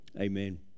Amen